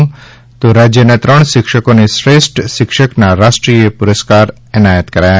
રાજ્યના ત્રણ શિક્ષકોને શ્રેષ્ઠ શિક્ષકના રાષ્ટ્રીયય પુરસ્કાર એનાયત કરાયા